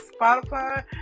spotify